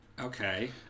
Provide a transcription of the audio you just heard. Okay